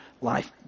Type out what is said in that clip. life